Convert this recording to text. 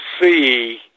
see